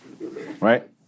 Right